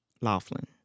Laughlin